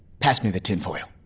pass me the tin foil.